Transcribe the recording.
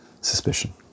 suspicion